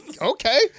okay